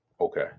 Okay